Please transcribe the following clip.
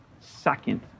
second